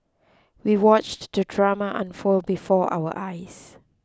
we watched the drama unfold before our eyes